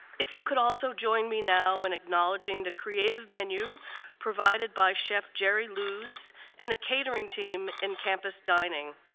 if you could also join me now in acknowledging the creative menu provided by chef jerry luz and the catering team in campus dining.